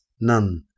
none